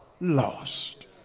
lost